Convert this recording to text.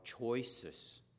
choices